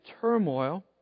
turmoil